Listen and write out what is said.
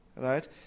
right